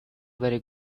very